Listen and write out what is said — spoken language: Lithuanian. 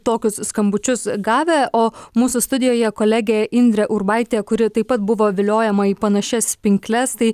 tokius skambučius gavę o mūsų studijoje kolegė indrė urbaitė kuri taip pat buvo viliojama į panašias pinkles tai